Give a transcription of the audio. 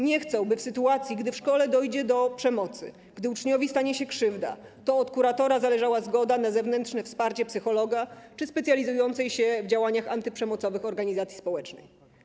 Nie chcą, by w sytuacji gdy w szkole dojdzie do przemocy, gdy uczniowi stanie się krzywda, to od kuratora zależała zgoda na zewnętrzne wsparcie psychologa czy specjalizującej się w działaniach antyprzemocowych organizacji społecznej.